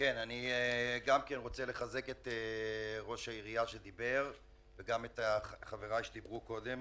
אני גם רוצה לחזק את ראש העירייה שדיבר וגם את חבריי שדיברו קודם.